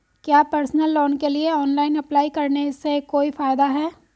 क्या personal loan के लिए ऑनलाइन अप्लाई करने से कोई फायदा है?